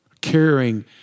Caring